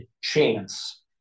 chance